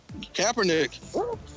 Kaepernick